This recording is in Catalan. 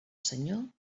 senyor